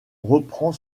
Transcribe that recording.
reprend